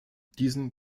diesen